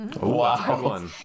Wow